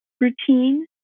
routine